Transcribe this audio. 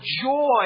joy